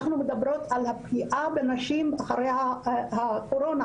אנחנו מדברות על הפגיעה בנשים אחרי הקורונה.